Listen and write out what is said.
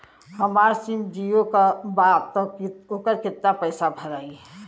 हमार सिम जीओ का बा त ओकर पैसा कितना मे भराई?